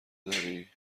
درای